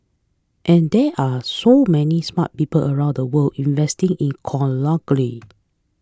and there are so many smart people around the world investing in